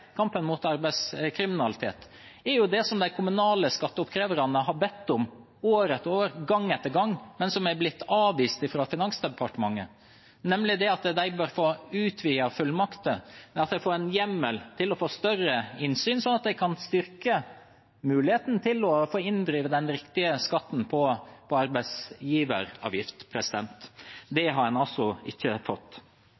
kampen mot arbeidskriminalitet, er det som de kommunale skatteoppkreverne har bedt om år etter år, gang etter gang, men som er blitt avvist av Finansdepartementet, nemlig at de bør få utvidede fullmakter, få en hjemmel til å få større innsyn, slik at det kan styrke muligheten til å få inndrevet den riktige skatten på arbeidsgiveravgift. Det har en altså ikke fått. Så til personalrabatter og fribilletter: Det